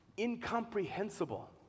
incomprehensible